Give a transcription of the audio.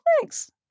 thanks